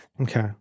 Okay